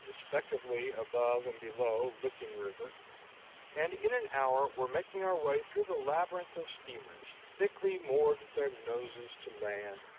respectively above and below licking river and in an hour were making our way through the labyrinth of steamers thickly moored with their noses to land,